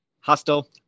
Hostel